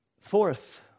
Fourth